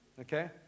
Okay